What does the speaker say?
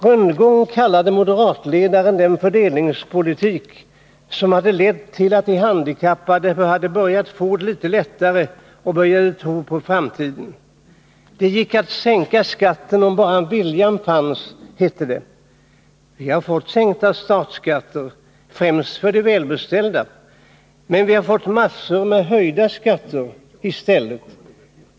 Rundgång kallade moderatledaren den fördelningspolitik som hade lett till att de handikappade hade börjat få det litet lättare och började tro på framtiden. Det gick att sänka skatterna om bara viljan fanns, hette det. Vi har fått sänkta statsskatter — främst för de välbeställda. Men vi har fått massor av höjda skatter i stället.